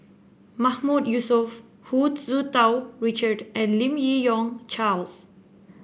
Mahmood Yusof Hu Tsu Tau Richard and Lim Yi Yong Charles